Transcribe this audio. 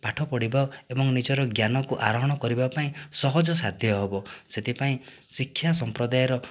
ପାଠ ପଢ଼ିବା ଏବଂ ନିଜର ଜ୍ଞାନକୁ ଆରୋହଣ କରିବା ପାଇଁ ସହଜ ସାଧ୍ୟ ହେବ ସେଥିପାଇଁ ଶିକ୍ଷା ସମ୍ପ୍ରଦାୟର ପ୍ରତ୍ୟେକ